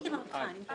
מי